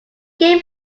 came